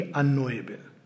unknowable